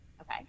Okay